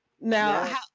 Now